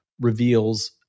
reveals